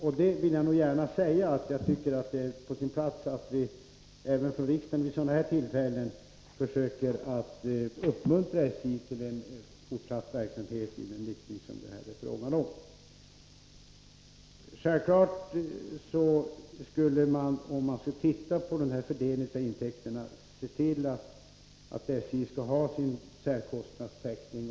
Och jag vill gärna säga att det är på sin plats att även vi i riksdagen vid sådana här tillfällen försöker uppmuntra SJ till fortsatt verksamhet i den riktning som det här är fråga om. Självfallet skulle man vid fördelningen av intäkterna se till att SJ får sin särkostnadstäckning.